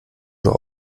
doch